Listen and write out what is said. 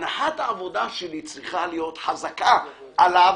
הנחת העבודה שלי צריכה להיות שחזקה עליו